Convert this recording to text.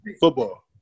Football